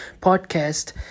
podcast